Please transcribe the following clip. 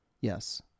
Yes